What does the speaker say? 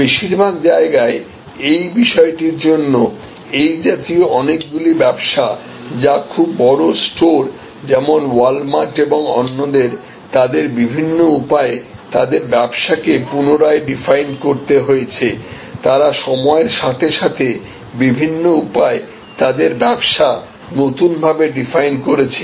বেশিরভাগ জায়গায় এই বিষয়টির জন্য এই জাতীয় অনেকগুলি ব্যবসা যা খুব বড় স্টোর যেমন ওয়াল মার্ট এবং অন্যদের তাদের বিভিন্ন উপায়ে তাদের ব্যবসা কে পুনরায় ডিফাইন করতে হয়েছে তারা সময়ের সাথে সাথে বিভিন্ন উপায়ে তাদের ব্যবসা নতুন ভাবে ডিফাইন করেছে